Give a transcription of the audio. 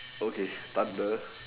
okay thunder